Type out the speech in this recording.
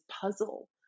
puzzle